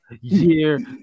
year